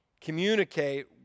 communicate